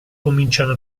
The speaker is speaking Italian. cominciano